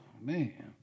man